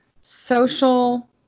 social